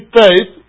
faith